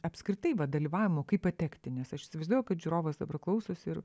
apskritai va dalyvavimo kaip patekti nes aš įsivaizduoju kad žiūrovas dabar klausosi ir